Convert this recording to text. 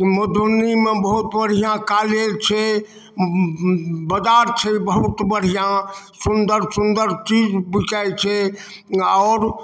मधुबनीमे बहुत बढ़िआँ कालेज छै बाजार छै बहुत बढ़िआँ सुन्दर सुन्दर चीज बिकाइत छै आओर